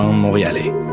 montréalais